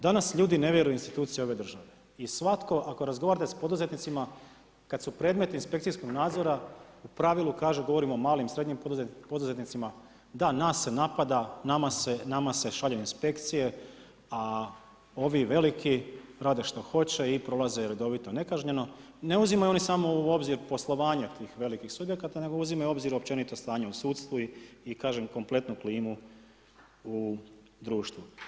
Danas ljudi ne vjeruju institucijama ove države i svatko ako razgovarate s poduzetnicima, kad su predmeti inspekcijskog nadzora u pravilu kažu da govorimo o malim i srednjim poduzetnicima, da, nas se napada, nama se šalju inspekcije a ovi veliki rade šta hoće i prolaze redovito nekažnjeno ne uzimaju samo u obzir poslovanje tih velikih … nego uzimaju u obzir općenito stanje u sudstvu i kažem kompletnu klimu u društvu.